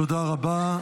תודה רבה.